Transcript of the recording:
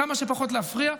כמה שפחות להפריע.